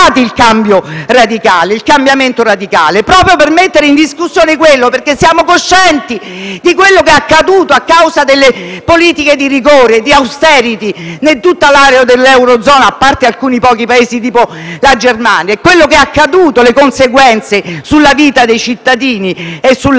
ci saremmo augurati il cambiamento radicale, proprio per mettere in discussione - perché siamo coscienti di quello che è accaduto a causa delle politiche di rigore, di *austerity*, in tutta l'area dell'eurozona, a parte alcuni pochi Paesi, come la Germania - quello che è accaduto, le conseguenze sulla vita dei cittadini e